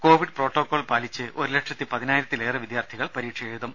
Covid protocol പാലിച്ച് ഒരു ലക്ഷത്തി പതിനായിരത്തിലേറെ വിദ്യാർത്ഥികൾ പരീക്ഷയെഴുതും